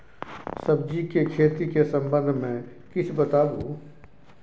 सब्जी के खेती के संबंध मे किछ बताबू?